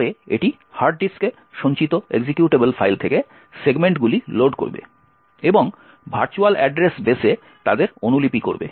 তারপরে এটি হার্ড ডিস্কে সঞ্চিত এক্সিকিউটেবল ফাইল থেকে সেগমেন্টগুলি লোড করবে এবং ভার্চুয়াল অ্যাড্রেস বেসে তাদের অনুলিপি করবে